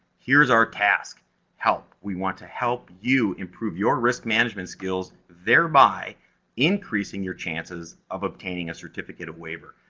here's our task help! we want to help you improve your risk management skills, thereby increasing your chances of obtaining a certificate of waiver.